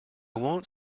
want